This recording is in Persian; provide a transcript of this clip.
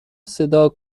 صدا